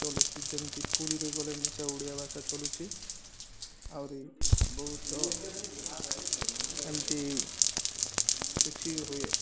ଚଲୁଛି ଯେମିତି ପୁରୀରେ ଗଲେ ମିଶା ଓଡ଼ିଆ ଭାଷା ଚଲୁଛି ଆହୁରି ବହୁତ ଏମତି କିଛି ହୁଏ